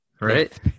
right